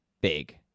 big